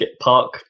park